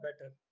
better